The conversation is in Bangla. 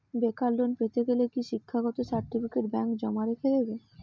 বেকার লোন পেতে গেলে কি শিক্ষাগত সার্টিফিকেট ব্যাঙ্ক জমা রেখে দেবে?